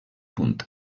punt